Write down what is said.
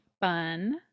fun